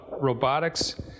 robotics